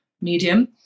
medium